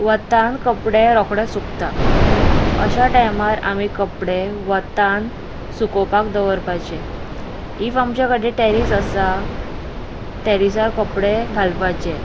वतान कपडे रोकडे सुकता अश्या टायमार आमी कपडे वतान सुकोवपाक दवरपाचे इफ आमचे कडेन टॅरिस आसा टॅरिसार कपडे घालपाचे